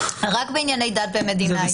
רק בענייני דת ומדינה...